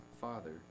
father